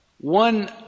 one